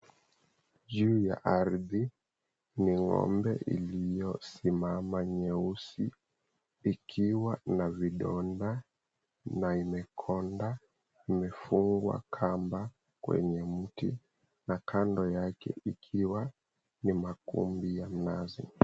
Juu ya ardhi, ni ng'ombe iliyosimama nyeusi ikiwa na vidonda na imekonda. Imefungwa kamba kwenye mti na kando yake ikiwa ni makumbi ya mnazi.